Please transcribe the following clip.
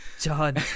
John